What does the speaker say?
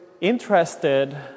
interested